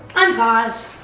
unpause.